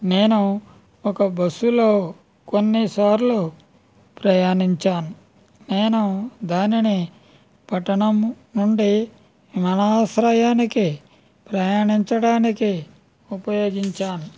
నేను ఒక బుస్సులో కొన్ని సార్లు ప్రయాణించాను నేను దానిని పట్టణం నుండి విమానాశ్రయానికి ప్రయాణించడానికి ఉపయోగించాను